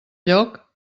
lloc